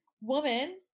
woman